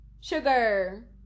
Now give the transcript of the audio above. sugar